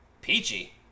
Peachy